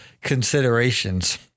considerations